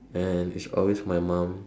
and it's always my mum